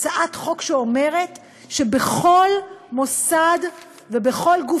הצעת חוק שאומרת שבכל מוסד ובכל גוף